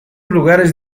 lugares